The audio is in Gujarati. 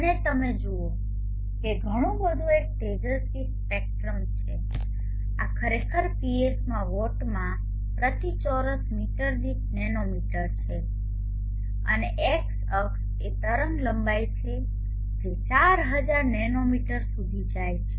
અને તમે જુઓ છો કે ઘણું બધું એક તેજસ્વી સ્પેક્ટ્રમ છે આ ખરેખર PS માં વોટમાં પ્રતિ ચોરસ મીટર દીઠ નેનોમીટર છે અને X અક્ષ એ તરંગલંબાઇ છે જે તે 4000 નેનોમીટર સુધી જાય છે